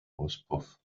auspuff